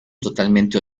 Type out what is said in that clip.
totalmente